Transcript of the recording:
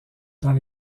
dans